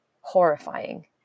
horrifying